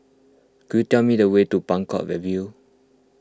could you tell me the way to Buangkok review